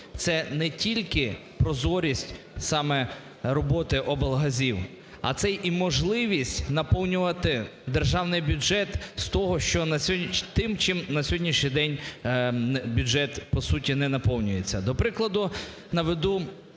це не тільки прозорість саме роботи облгазів. А це і можливість наповнювати державний бюджет тим чим на сьогоднішній день бюджет по суті не наповнюється. До прикладу наведу